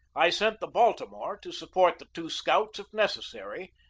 i sent the baltimore to support the two scouts if necessary,